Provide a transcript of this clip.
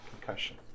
concussion